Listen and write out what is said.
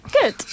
good